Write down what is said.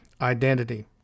identity